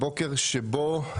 בוקר שבו,